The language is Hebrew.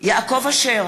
יעקב אשר,